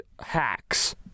hacks